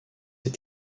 est